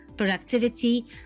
productivity